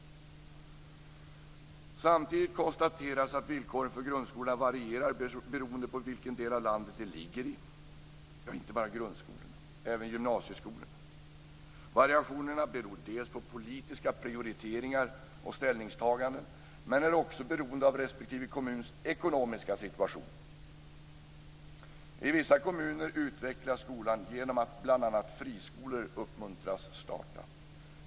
Samtidigt konstateras att villkoren för grundskolorna varierar beroende på vilken del av landet de ligger i - ja, det gäller inte bara grundskolorna utan även gymnasieskolorna. Variationerna beror dels på politiska prioriteringar och ställningstaganden men är också beroende av respektive kommuns ekonomiska situation. I vissa kommuner utvecklas skolan genom att bl.a. friskolor uppmuntras att starta.